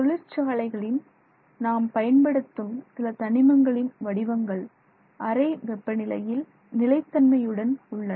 தொழிற்சாலைகளின் நாம் பயன்படுத்தும் சில தனிமங்களின் வடிவங்கள் அறை வெப்பநிலையில் நிலை தன்மையுடன் உள்ளன